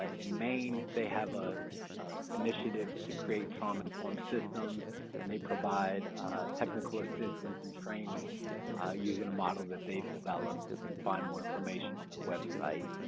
ah in maine, they have an ah initiative to create trauma-informed systems and they provide technical assistance and training using a model that they've developed and you can find more information on their website.